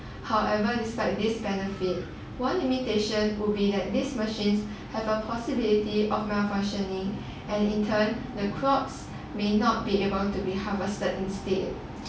however despite this benefit one limitation would be that these machines have a possibility of malfunctioning and in turn the crops may not be able to be harvested instead